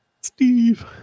Steve